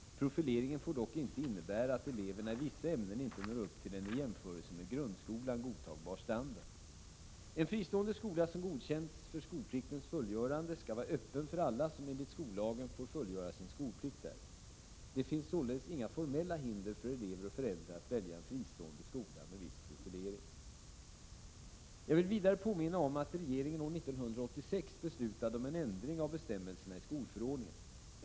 Profileringen får dock inte innebära att eleverna i vissa ämnen inte når upp till en i jämförelse med grundskolan godtagbar standard. En fristående skola som godkänts för skolpliktens fullgörande skall vara öppen för alla som enligt skollagen får fullgöra sin skolplikt där. Det finns således inga formella hinder för elever och föräldrar att välja en fristående skola med viss profilering. Jag vill vidare påminna om att regeringen år 1986 beslutade om en ändring av bestämmelserna i skolförordningen.